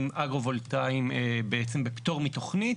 אגרו-וולטאים בעצם בפטור מתוכנית,